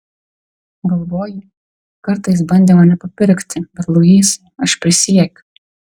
galvoji kartą jis bandė mane papirkti bet luisai aš prisiekiu